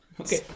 Okay